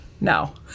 No